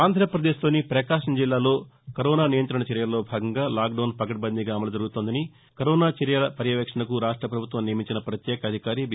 ఆంధ్రప్రదేశ్లోని ప్రకాశం జిల్లాలో కరోనా నియంతణ చర్యల్లో భాగంగా లాక్ డౌన్ పకడ్బందీగా అమలు జరుగుతోందని కరోనా చర్యల పర్యవేక్షణకు రాష్ట ప్రభుత్వం నియమించిన ప్రత్యేక అధికారి బీ